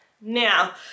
Now